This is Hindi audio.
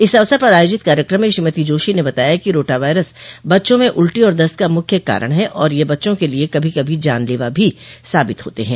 इस अवसर पर आयोजित कार्यक्रम में श्रीमती जोशी ने बताया कि रोटा वायरस बच्चों में उल्टी और दस्त का मुख्य कारण है और यह बच्चों के लिए कभी कभी जानलेवा भी साबित होते हैं